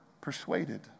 persuaded